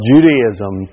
Judaism